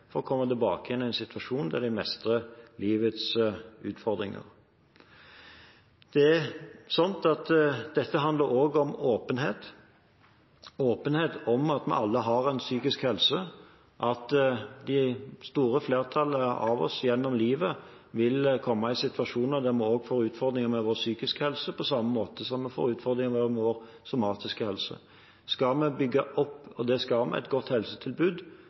for å komme tilbake i en situasjon der de mestrer livets utfordringer. Dette handler også om åpenhet – åpenhet om at vi alle har en psykisk helse, at det store flertallet av oss gjennom livet vil komme i situasjoner der vi også får utfordringer med vår psykiske helse, på samme måte som vi får utfordringer med vår somatiske helse. Skal vi bygge opp – og det skal vi – et godt helsetilbud,